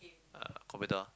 uh computer